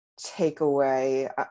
takeaway